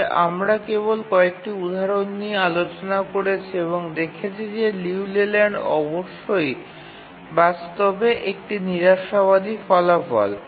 তবে আমরা কেবল কয়েকটি উদাহরণ নিয়ে আলোচনা করেছি এবং দেখেছি যে লিউ লেল্যান্ড অবশ্যই বাস্তবে একটি নিরাশাবাদী ফলাফল